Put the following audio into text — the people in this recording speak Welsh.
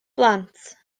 blant